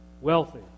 wealthy